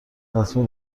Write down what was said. لطمه